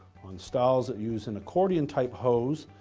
on styles that use an accordion-type hose,